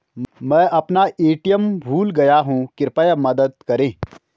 मैं अपना ए.टी.एम भूल गया हूँ, कृपया मदद करें